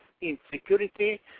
insecurity